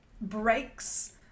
breaks